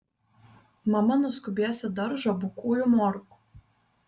mama nuskubės į daržą bukųjų morkų